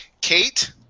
Kate